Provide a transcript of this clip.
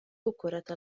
كرة